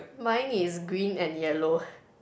mine is green and yellow